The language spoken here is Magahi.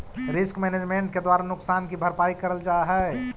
रिस्क मैनेजमेंट के द्वारा नुकसान की भरपाई करल जा हई